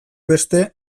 beste